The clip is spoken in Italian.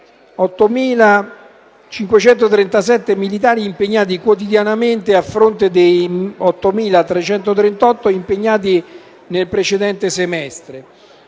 8.537 militari impegnati quotidianamente a fronte degli 8.338 impegnati nel precedente semestre;